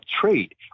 trade